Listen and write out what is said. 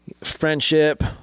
friendship